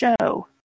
show